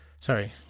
Sorry